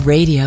Radio